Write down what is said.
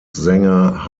sänger